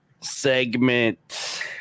segment